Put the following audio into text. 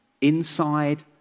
Inside